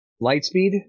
Lightspeed